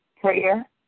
prayer